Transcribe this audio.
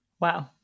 Wow